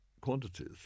quantities